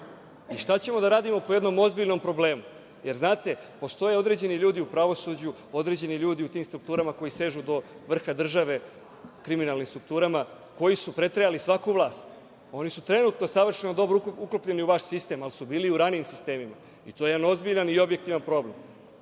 ćemo da radimo po jednom ozbiljnom problemu? Znate, postoje određeni ljudi u pravosuđu, određeni ljudi u tim strukturama koji sežu do vrha države kriminalnim strukturama koji su pretrajali svaku vlast. Oni su trenutno savršeno dobro uklopljeni u vaš sistem, ali su bili i u ranijim sistemima. To je jedan ozbiljan i objektivan problem.